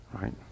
right